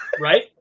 right